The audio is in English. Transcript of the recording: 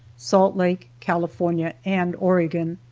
salt lake, california and oregon.